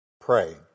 pray